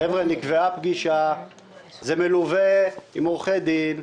זה מלווה בעורכי דין.